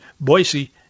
Boise